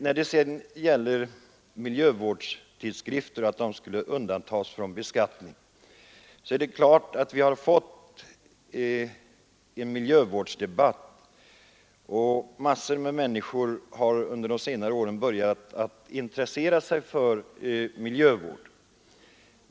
När det sedan gäller frågan att miljövårdstidskrifterna skulle undantas från beskattning är det ju riktigt att vi har fått en omfattande miljövårdsdebatt och att många människor under senare år har börjat intressera sig för miljövård.